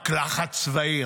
רק לחץ צבאי,